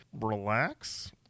relax